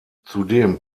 zudem